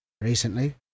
recently